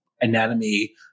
anatomy